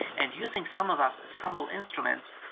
and using some of us as humble instruments,